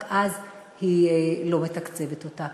רק אז היא לא מתקצבת אותה.